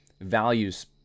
values